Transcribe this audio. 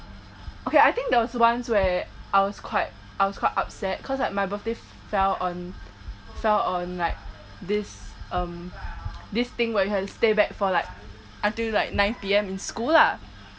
okay I think there was once where I was quite I was quite upset cause like my birthday fell on fell on like this um this thing where you have to stay back for like until like nine P_M in school lah